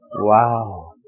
Wow